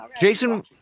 Jason